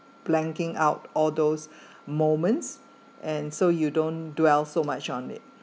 blanking out all those moments and so you don't dwell so much on it